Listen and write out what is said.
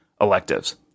electives